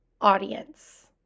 audience